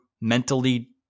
mentally